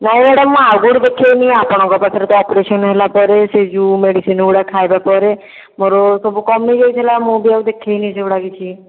ନାଇଁ ମ୍ୟାଡ଼ାମ ମୁଁ ଆଉ କେଉଁଠି ଦେଖେଇନି ଆପଣଙ୍କ ପାଖରେ ତ ଅପରେସନ ହେଲା ପରେ ସେହି ଯେଉଁ ମେଡ଼ିସିନ୍ ଗୁଡ଼ିକ ଖାଇବା ପରେ ମୋର ସବୁ କମି ଯାଇଥିଲା ମୁଁ ବି ଆଉ ଦେଖେଇନି ସେଗୁଡ଼ାକ କିଛି